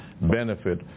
benefit